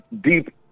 deep